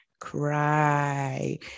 cry